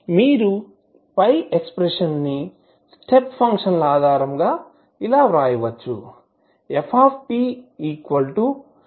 మీరు పై ఎక్స్ప్రెషన్ ను స్టెప్ ఫంక్షన్ల ఆధారంగా ఇలా వ్రాయవచ్చు ftf1tf2tf3t